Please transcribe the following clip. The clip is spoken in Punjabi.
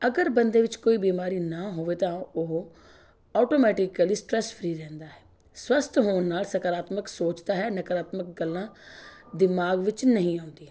ਅਗਰ ਬੰਦੇ ਵਿੱਚ ਕੋਈ ਬਿਮਾਰੀ ਨਾ ਹੋਵੇ ਤਾਂ ਉਹ ਓਟੋਮੈਟੀਕਲੀ ਸਟਰੈੱਸ ਫ੍ਰੀ ਰਹਿੰਦਾ ਹੈ ਸਵਸਥ ਹੋਣ ਨਾਲ ਸਕਾਰਾਤਮਕ ਸੋਚ ਤਾਂ ਹੈ ਨਕਾਰਾਤਮਕ ਗੱਲਾਂ ਦਿਮਾਗ ਵਿੱਚ ਨਹੀਂ ਆਉਂਦੀਆਂ